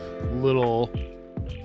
little